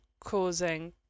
causing